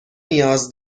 نیاز